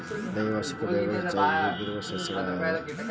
ದ್ವೈವಾರ್ಷಿಕ ಬೆಳೆಗಳು ಹೆಚ್ಚಾಗಿ ಹೂಬಿಡುವ ಸಸ್ಯಗಳಾಗಿರ್ತಾವ